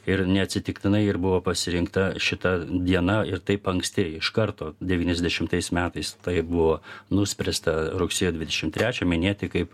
ir neatsitiktinai ir buvo pasirinkta šita diena ir taip anksti iš karto devyniasdešimtais metais tai buvo nuspręsta rugsėjo dvidešim trečią minėti kaip